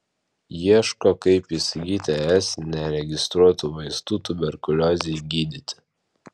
ieško kaip įsigyti es neregistruotų vaistų tuberkuliozei gydyti